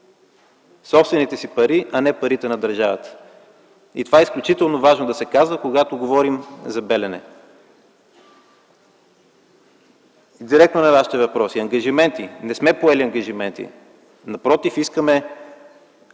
Собствените си пари, а не парите на държавата. Това е изключително важно да се казва, когато говорим за „Белене”. Директно на Вашите въпроси. Ангажименти. Не сме поели ангажименти. Напротив, искаме